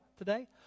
today